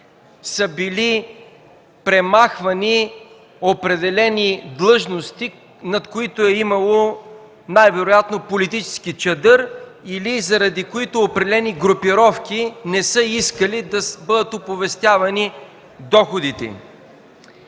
са били премахвани определени длъжности, над които е имало най-вероятно политически чадър, или заради които определени групировки не са искали да бъдат оповестявани доходите